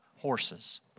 horses